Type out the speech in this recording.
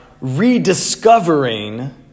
rediscovering